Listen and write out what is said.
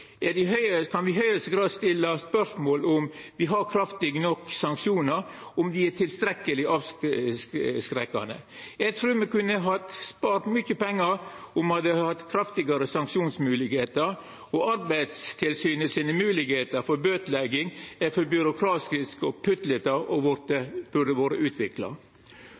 kan me i høgste grad stilla spørsmål om me har kraftige nok sanksjonar, om dei er tilstrekkeleg avskrekkande. Eg trur me kunne ha spart mykje pengar om me hadde hatt kraftigare sanksjonsmoglegheiter. Arbeidstilsynets moglegheiter til å bøteleggja er for byråkratiske og putlete og burde ha vore utvikla.